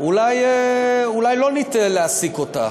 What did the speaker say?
אולי לא ניטה להעסיק אותה.